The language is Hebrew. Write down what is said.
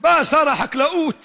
בא שר החקלאות